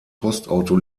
postauto